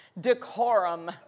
decorum